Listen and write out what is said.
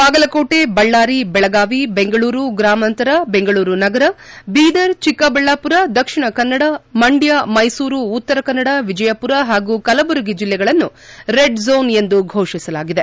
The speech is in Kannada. ಬಾಗಲಕೋಟೆ ಬಳ್ಕಾರಿ ಬೆಳಗಾವಿ ಬೆಂಗಳೂರು ಗ್ರಾಮಾಂತರ ಬೆಂಗಳೂರು ನಗರ ಬೀದರ್ ಚಿಕ್ಕಬಳ್ಳಾಪುರ ದಕ್ಷಿಣ ಕನ್ನಡ ಮಂಡ್ಯ ಮೈಸೂರು ಉತ್ತರ ಕನ್ನಡ ವಿಜಯಪುರ ಹಾಗೂ ಕಲಬುರಗಿ ಜಿಲ್ಲೆಗಳನ್ನು ರೆಡ್ ಝೋನ್ ಎಂದು ಘೋಷಿಸಲಾಗಿದೆ